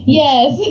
yes